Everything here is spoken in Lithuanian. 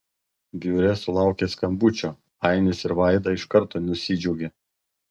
biure sulaukę skambučio ainis ir vaida iš karto nesidžiaugia